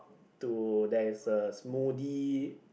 to there is a smoothly